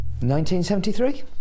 1973